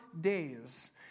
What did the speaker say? days